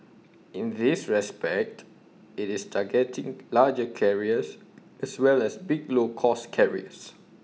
in this respect IT is targeting larger carriers as well as big low cost carriers